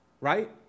Right